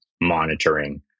monitoring